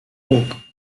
oak